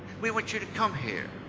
we want you to come here.